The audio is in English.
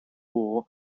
war